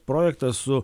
projektas su